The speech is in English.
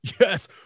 yes